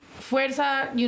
Fuerza